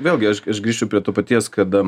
vėlgi aš aš grįšiu prie to paties kad